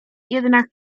jednak